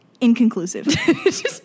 Inconclusive